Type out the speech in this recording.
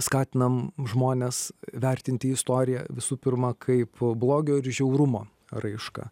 skatinam žmones vertinti istoriją visų pirma kaip blogio ir žiaurumo raišką